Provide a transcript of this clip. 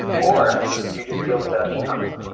or do you just deal with it as it comes,